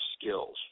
skills